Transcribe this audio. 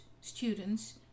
students